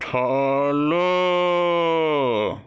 follow